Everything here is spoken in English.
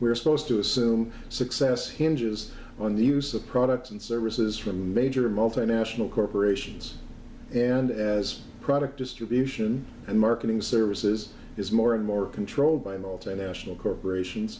we're supposed to assume success hinges on the use of products and services from major multinational corporations and as product distribution and marketing services is more and more controlled by multinational corporation